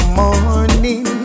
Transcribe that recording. morning